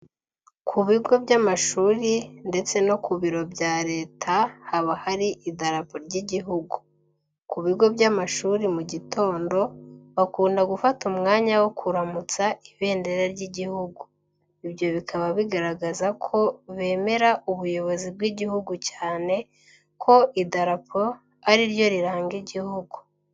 Ku bigo by'amashuri ndetse no ku biro bya Leta haba hari idirapo ry'igihugu. Ku bigo by'amashuri mu gitondo bakunda gufata umwanya wo kuramutsa ibendera ry'igihugu, ibyo bikaba bigaragaza ko bemera ubuyobozi bw'igihugu cyane ko idarapo ari ryo riranga igihugu.